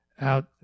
out